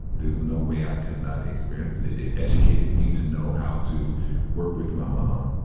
there's no way i could not experience it. it it educated me to know how to work with my mom,